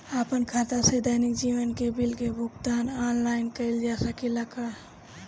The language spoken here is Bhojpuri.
आपन खाता से दैनिक जीवन के बिल के भुगतान आनलाइन कइल जा सकेला का?